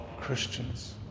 Christians